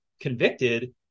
convicted